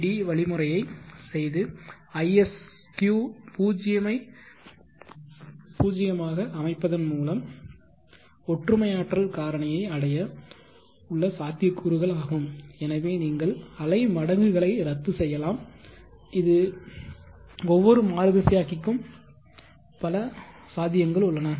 D வழிமுறையை செய்து isq 0 ஐ அமைப்பதன் மூலம் ஒற்றுமை ஆற்றல் காரணியை அடைய உள்ள சாத்தியக்கூறுகள் ஆகும் எனவே நீங்கள் அலைமடங்குகளை ரத்து செய்யலாம் இந்த ஒவ்வொரு மாறுதிசையாக்கிக்கும் பல சாத்தியங்கள் உள்ளன